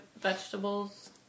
vegetables